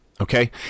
Okay